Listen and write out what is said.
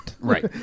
Right